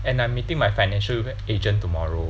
and I'm meeting my financial agent tomorrow